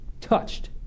touched